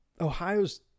Ohio's